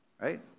right